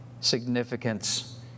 significance